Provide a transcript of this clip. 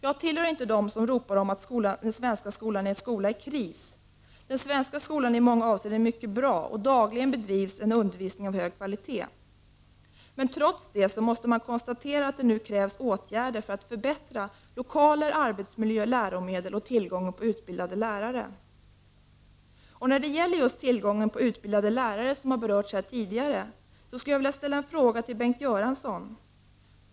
Jag tillhör inte dem som ropar om att den svenska skolan är en skola i kris. Den svenska skolan är i många avseenden mycket bra, och dagligen bedrivs en undervisning av hög kvalitet. Men trots detta måste man konstatera att det nu krävs åtgärder för att förbättra lokaler, arbetsmiljö, läromedel och lösa problemet med bristande tillgång till utbildade lärare. När det gäller just tillgången på utbildade lärare, som har berörts tidigare i dag, skulle jag vilja ställa en fråga till Bengt Göransson.